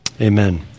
Amen